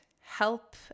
help